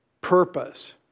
purpose